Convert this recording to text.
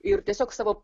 ir tiesiog savo